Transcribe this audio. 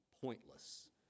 pointless